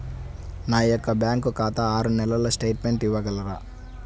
నా యొక్క బ్యాంకు ఖాతా ఆరు నెలల స్టేట్మెంట్ ఇవ్వగలరా?